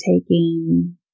taking